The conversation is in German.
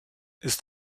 ist